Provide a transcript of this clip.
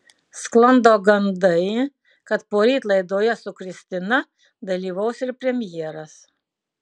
sklando gandai kad poryt laidoje su kristina dalyvaus ir premjeras